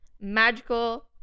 magical